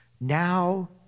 Now